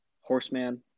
Horseman